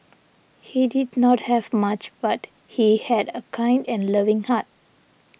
he did not have much but he had a kind and loving heart